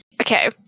Okay